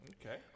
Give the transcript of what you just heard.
Okay